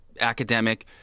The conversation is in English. academic